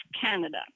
Canada